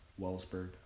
Wellsburg